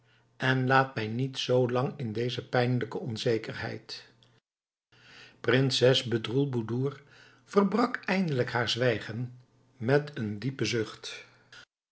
en laat mij niet zoo lang in deze pijnlijke onzekerheid prinses bedroelboedoer verbrak eindelijk haar zwijgen met een diepen zucht